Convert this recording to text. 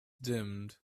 dimmed